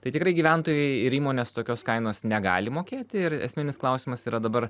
tai tikrai gyventojai ir įmonės tokios kainos negali mokėti ir esminis klausimas yra dabar